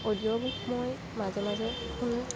audio মই মাজে মাজে শুনো